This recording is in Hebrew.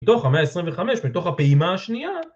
מתוך המאה ה-25, מתוך הפעימה השנייה...